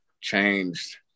changed